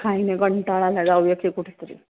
काही नाही कंटाळा आला आहे जाऊया तरी कुठे तरी